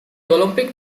olympic